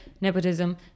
nepotism